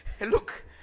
Look